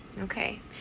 okay